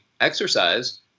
exercise